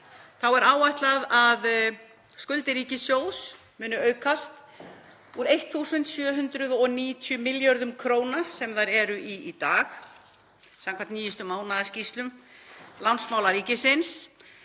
hér er áætlað að skuldir ríkissjóðs muni aukast úr 1.790 milljörðum kr., sem þær eru í dag samkvæmt nýjustu mánaðarskýrslu Lánamála ríkisins,